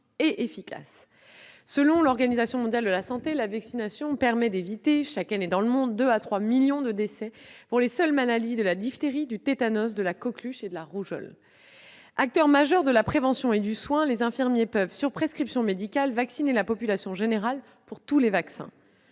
et efficace. Selon l'Organisation mondiale de la santé, elle permet d'éviter deux à trois millions de décès chaque année dans le monde pour les seules maladies de la diphtérie, du tétanos, de la coqueluche et de la rougeole. Acteurs majeurs de la prévention et du soin, les infirmiers peuvent, sur prescription médicale, vacciner la population générale pour tous les vaccins.